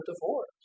divorce